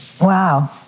Wow